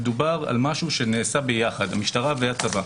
מדובר על משהו שנעשה ביחד, המשטרה והצבא.